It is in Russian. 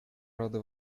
рады